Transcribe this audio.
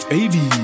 Baby